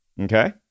Okay